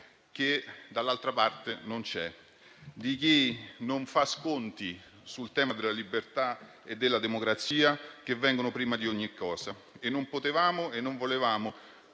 che dall'altra parte non c'è, ossia la concezione di chi non fa sconti sul tema della libertà e della democrazia, che vengono prima di ogni cosa. Non potevamo e non volevamo